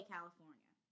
California